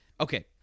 Okay